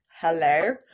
Hello